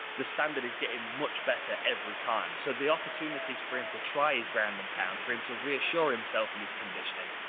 the standard is getting much better every time. so the opportunities for him to try his ground and pound, for him to reassure himself in his conditioning,